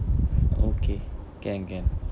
okay can can